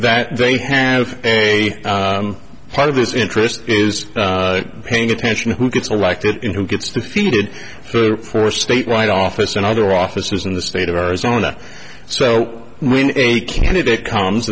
that they have a part of this interest is paying attention to who gets elected in who gets defeated for statewide office and other officers in the state of arizona so when a candidate comes